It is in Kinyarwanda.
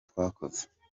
twakoze